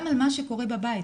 גם מה שקורה בבית.